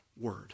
word